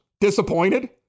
disappointed